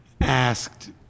asked